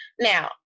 Now